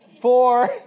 four